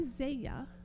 Isaiah